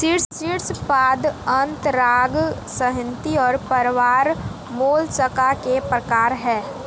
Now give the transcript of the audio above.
शीर्शपाद अंतरांग संहति और प्रावार मोलस्का के प्रकार है